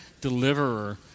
deliverer